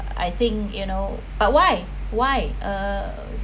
I think you know but why why err